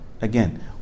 again